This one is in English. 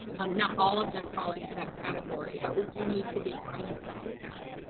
um not all of them fall into that category, but we do need to be cognizant of that.